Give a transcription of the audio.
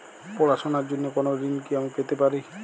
পড়াশোনা র জন্য কোনো ঋণ কি আমি পেতে পারি?